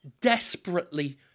desperately